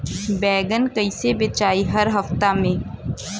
बैगन कईसे बेचाई हर हफ्ता में?